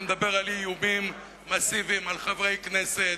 אני מדבר על איומים מסיביים על חברי כנסת,